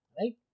right